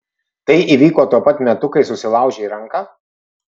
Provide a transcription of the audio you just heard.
tai įvyko tuo pat metu kai susilaužei ranką